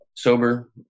sober